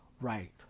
right